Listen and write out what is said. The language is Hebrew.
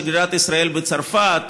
שגרירת ישראל בצרפת,